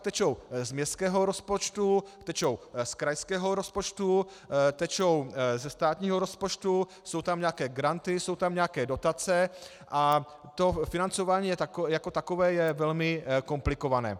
Tečou z městského rozpočtu, tečou z krajského rozpočtu, tečou ze státního rozpočtu, jsou tam nějaké granty, jsou tam nějaké dotace a to financování jako takové je velmi komplikované.